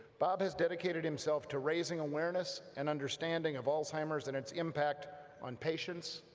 bob has dedicated himself to raising awareness and understanding of alzheimer's and its impact on patients,